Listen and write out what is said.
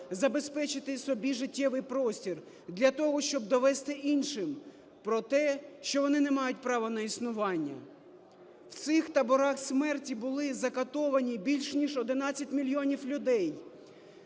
забезпечити собі життєвий простір, для того щоб довести іншим про те, що вони не мають право на існування. В цих таборах смерті були закатовані більш ніж 11 мільйонів людей.